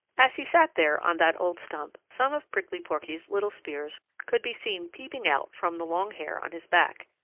as he sat there on that old stump some of prickly porky's little spears could be seen peeping out from the long hair on his back,